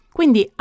Quindi